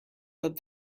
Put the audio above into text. but